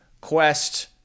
quest